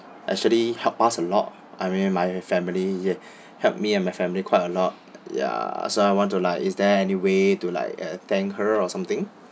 actually help us a lot I mean my family help me and my family quite a lot ya so I want to like is there any way to like uh thank her or something